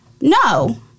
No